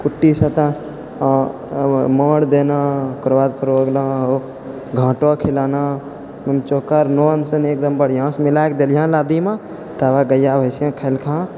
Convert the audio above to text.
कुट्टीसब तऽ माड़ देना ओकरऽ बाद फेर हो गेलौ घाटऽ खिलाना चोकर नून सानि एकदम बढ़िआँसँ मिलाइ कऽ देलिअऽ लादिमे तब गैआ अबै छै खैलकऽ